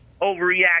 overreact